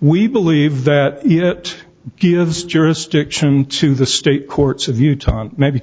we believe that it gives jurisdiction to the state courts of utah maybe